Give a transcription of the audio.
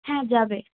হ্যাঁ যাবে